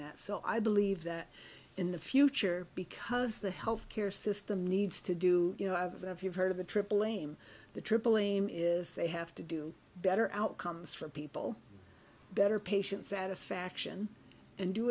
that so i believe that in the future because the health care system needs to do you know i've heard of the trip blame the triple aim is they have to do better outcomes for people better patient satisfaction and do